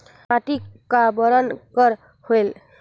माटी का बरन कर होयल?